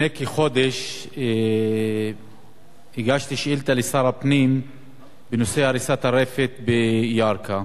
לפני כחודש הגשתי שאילתא לשר הפנים בנושא הריסת הרפת בירכא,